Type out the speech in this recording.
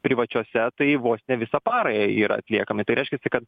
privačiose tai vos ne visą parą jie yra atliekami tai reiškiasi kad